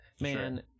man